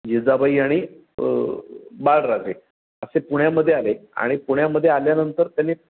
जिजाबाई आणि बाळराजे असे पुण्यामध्ये आले आणि पुण्यामध्ये आल्यानंतर त्यांनी